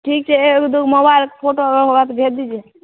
ठीक छै एगो दूगो मोबाइलके फोटो अगर होगा तो भेज दीजिए